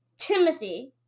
Timothy